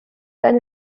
eine